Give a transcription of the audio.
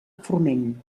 forment